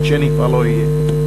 כשאני כבר לא אהיה.